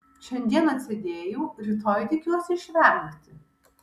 šiandien atsėdėjau rytoj tikiuosi išvengti